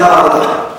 מטעם העבודה.